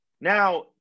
now